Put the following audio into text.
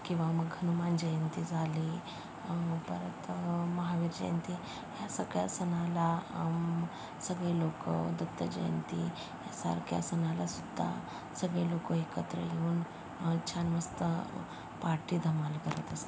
किंवा मग हनुमान जयंती झाली परत महावीर जयंती ह्या सगळ्या सणाला सगळे लोक दत्त जयंतीसारख्या सणालासुद्धा सगळे लोक एकत्र येऊन छान मस्त पार्टी धमाल करत अस